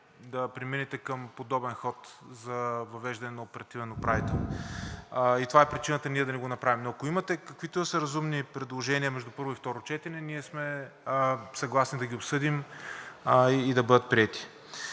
да преминете към подобен ход за въвеждане на оперативен управител и това е причината ние да не го направим, но ако имате каквито и да са разумни предложения между първо и второ четене, ние сме съгласни да ги обсъдим и да бъдат приети.